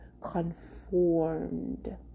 conformed